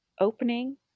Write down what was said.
opening